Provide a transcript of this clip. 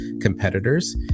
competitors